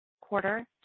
quarter